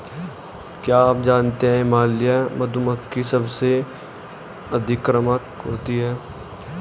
क्या आप जानते है हिमालयन मधुमक्खी सबसे अतिक्रामक होती है?